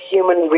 Human